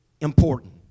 important